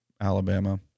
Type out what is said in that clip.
alabama